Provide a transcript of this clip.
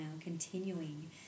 continuing